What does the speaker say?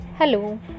Hello